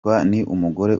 umugore